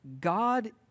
God